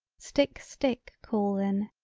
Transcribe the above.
stick stick call then,